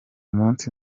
munsi